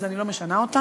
אז אני לא משנה אותה.